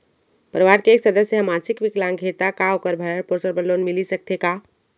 परवार के एक सदस्य हा मानसिक विकलांग हे त का वोकर भरण पोषण बर लोन मिलिस सकथे का?